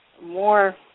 More